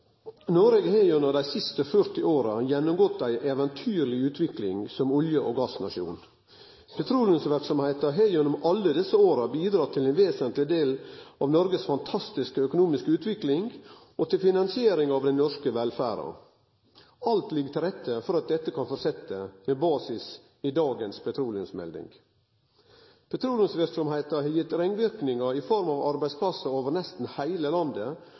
Noreg har gjennom dei siste 40 åra gjennomgått ei eventyrleg utvikling som olje- og gassnasjon. Petroleumsverksemda har gjennom alle desse åra bidrege til ein vesentleg del av Noregs fantastiske økonomiske utvikling og til finansiering av den norske velferda. Alt ligg til rette for at dette kan fortsetje med basis i dagens petroleumsmelding. Petroleumsverksemda har gitt ringverknader i form av arbeidsplassar over nesten heile landet